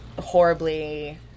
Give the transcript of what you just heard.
horribly